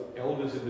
elders